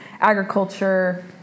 agriculture